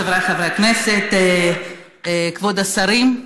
חבריי חברי הכנסת, כבוד השרים,